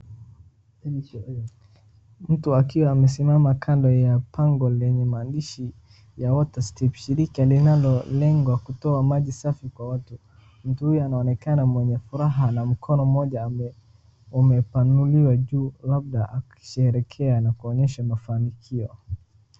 Mtu akiwa aesimama kando ya pango lenye maandishi ya water stip shirika linalolenga kutoa maji safi kwa watu, mtu huyo anaonekana mwenye furaha na mkono mmoja umepanuliwa juu labda akisherehekea na kuonyesha mafanikio.